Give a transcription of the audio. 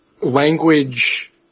language